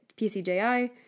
PCJI